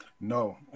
No